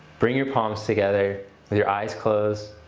bring your palms together with your eyes closed.